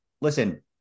Listen